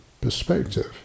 perspective